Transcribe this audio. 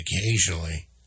occasionally